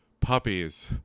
puppies